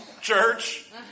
church